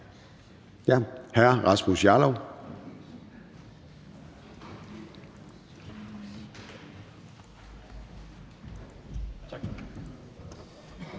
gør hr. Rasmus Jarlov.